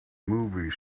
movie